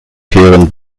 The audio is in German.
kehren